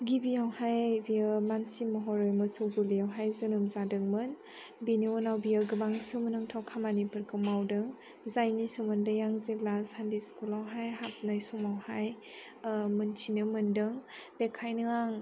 गिबियावहाय बियो मानसि महरै मोसौ गलियावहाय जोनोम जादोंमोन बेनि उनाव बियो गोबां सोमोनांथाव खामानिफोरखौ मावदों जायनि सोमोन्दै आं जेब्ला सान्दे स्कुलावहाय हाबनाय समावहाय मोन्थिनो मोन्दों बेखायनो आं